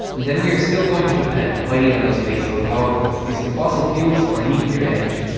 then we are still going to depend highly on those baseload power plants using fossil fuels or nuclear energy.